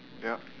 yup